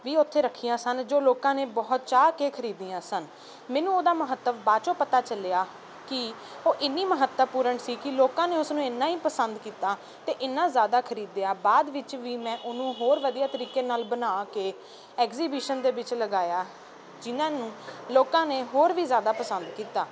ਵੀ ਉੱਥੇ ਰੱਖੀਆਂ ਸਨ ਜੋ ਲੋਕਾਂ ਨੇ ਬਹੁਤ ਚਾਹ ਕੇ ਖਰੀਦੀਆਂ ਸਨ ਮੈਨੂੰ ਉਹਦਾ ਮਹੱਤਵ ਬਾਚੋਂ ਪਤਾ ਚੱਲਿਆ ਕਿ ਉਹ ਇੰਨੀ ਮਹੱਤਵਪੂਰਨ ਸੀ ਕਿ ਲੋਕਾਂ ਨੇ ਉਸਨੂੰ ਇੰਨਾਂ ਹੀ ਪਸੰਦ ਕੀਤਾ ਅਤੇ ਇੰਨਾਂ ਜ਼ਿਆਦਾ ਖਰੀਦਿਆ ਬਾਅਦ ਵਿੱਚ ਵੀ ਮੈਂ ਉਹਨੂੰ ਹੋਰ ਵਧੀਆ ਤਰੀਕੇ ਨਾਲ ਬਣਾ ਕੇ ਐਗਜ਼ੀਬੀਸ਼ਨ ਦੇ ਵਿੱਚ ਲਗਾਇਆ ਜਿਹਨਾਂ ਨੂੰ ਲੋਕਾਂ ਨੇ ਹੋਰ ਵੀ ਜ਼ਿਆਦਾ ਪਸੰਦ ਕੀਤਾ